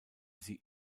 sie